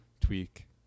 Tweak